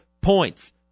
points